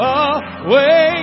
away